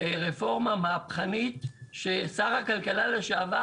רפורמה מהפכנית ששר הכלכלה לשעבר,